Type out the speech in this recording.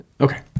Okay